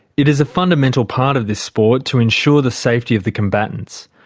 it is a fundamental part of this sport to ensure the safety of the combatants.